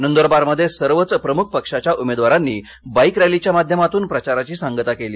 नंदुरबारमध्ये सर्वच प्रमुख पक्षाच्या उमेदवारांनी बाईक रॅलीच्या माध्यमातून प्रचाराची सांगता केली